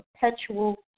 perpetual